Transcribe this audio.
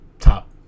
Top